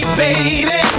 baby